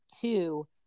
two